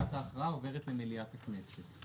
ואז ההכרעה עוברת למליאת הכנסת.